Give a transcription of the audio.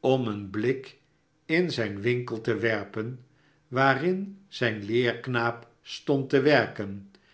om een blik in zijn winkel te werpen waarin zijn leerknaap stond te werken